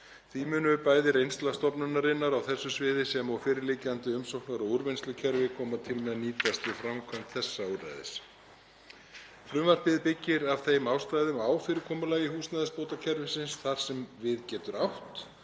Því mun bæði reynsla stofnunarinnar á þessu sviði sem og fyrirliggjandi umsóknar- og úrvinnslukerfi koma til með að nýtast við framkvæmd þessa úrræðis. Frumvarpið byggir af þeim ástæðum á fyrirkomulagi húsnæðisbótakerfisins þar sem við getur átt,